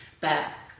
back